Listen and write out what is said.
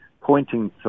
pointing